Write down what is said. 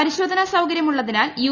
പരിശോധനാ സൌകര്യം ഉള്ളതിനാൽ യു